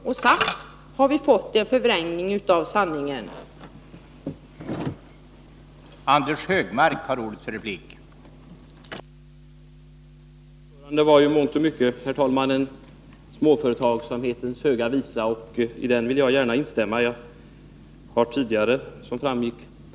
Däremot har vi fått en förvrängning av sanningen från både SHIO och SAF.